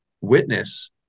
witness